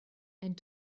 and